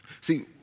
See